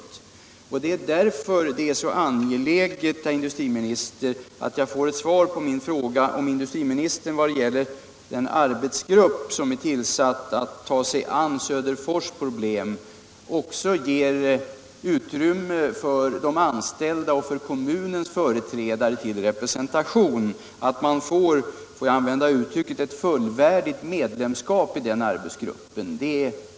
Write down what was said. Därför är det så angeläget, herr in 89 Om åtgärder för att säkra sysselsättningen inom dustriminister, att jag får ett svar på min fråga om det i den arbetsgrupp, som är tillsatt för att ta sig an Söderfors problem, också finns utrymme åt företrädare för de anställda och kommunen, så att de får ett fullvärdigt medlemskap i den.